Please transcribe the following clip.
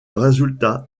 résultats